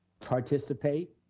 participate